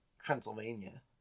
Transylvania